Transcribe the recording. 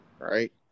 Right